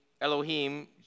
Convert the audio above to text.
Elohim